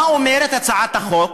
מה אומרת הצעת החוק?